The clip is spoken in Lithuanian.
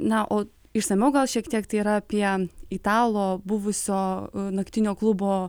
na o išsamiau gal šiek tiek tai yra apie italo buvusio naktinio klubo